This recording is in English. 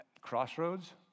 Crossroads